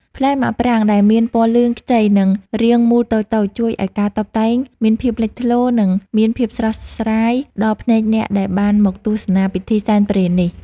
ផ្លែមាក់ប្រាងដែលមានពណ៌លឿងខ្ចីនិងរាងមូលតូចៗជួយឱ្យការតុបតែងមានភាពលេចធ្លោ និង មានភាពស្រស់ស្រាយដល់ភ្នែកអ្នកដែលបានមកទស្សនាពិធីសែនព្រេននេះ។